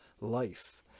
life